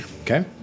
Okay